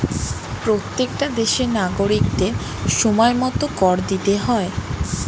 প্রত্যেকটা দেশের নাগরিকদের সময়মতো কর দিতে হয়